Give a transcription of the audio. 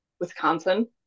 Wisconsin